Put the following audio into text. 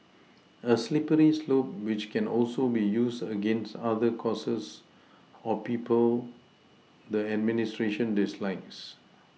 a slippery slope which can also be used against other causes or people the administration dislikes